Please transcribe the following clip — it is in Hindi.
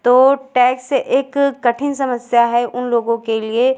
तो टैक्स एक कठिन समस्या है उन लोगों के लिए